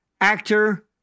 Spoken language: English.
actor